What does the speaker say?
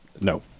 no